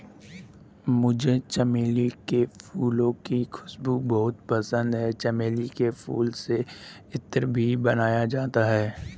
मुझे चमेली के फूलों की खुशबू बहुत पसंद है चमेली के फूलों से इत्र भी बनाया जाता है